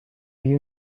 you